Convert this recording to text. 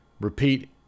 Repeat